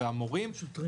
המורים וכדומה,